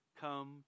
come